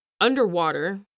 underwater